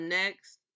next